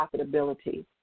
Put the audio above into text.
profitability